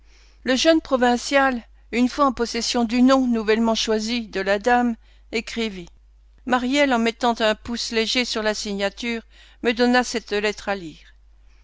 le jeune provincial une fois en possession du nom nouvellement choisi de la dame écrivit maryelle en mettant un pouce léger sur la signature me donna cette lettre à lire